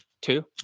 Two